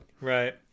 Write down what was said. Right